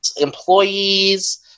employees